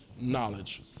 knowledge